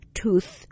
tooth